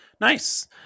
Nice